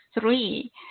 three